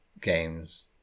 games